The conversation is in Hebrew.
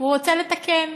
והוא רוצה לתקן.